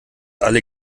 alle